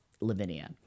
Lavinia